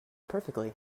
perfectly